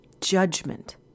judgment